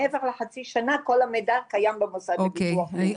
מעבר לחצי שנה, כל המידע קיים במוסד לביטוח לאומי.